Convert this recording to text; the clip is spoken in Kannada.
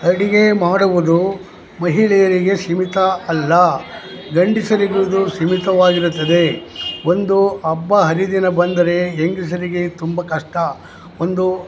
ಅಡುಗೆ ಮಾಡುವುದು ಮಹಿಳೆಯರಿಗೆ ಸೀಮಿತ ಅಲ್ಲ ಗಂಡಸರಿಗೂ ಇದು ಸೀಮಿತವಾಗಿರುತ್ತದೆ ಒಂದು ಹಬ್ಬ ಹರಿದಿನ ಬಂದರೆ ಹೆಂಗಸರಿಗೆ ತುಂಬ ಕಷ್ಟ ಒಂದು